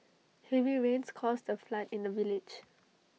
heavy rains caused A flood in the village